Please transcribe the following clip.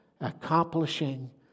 accomplishing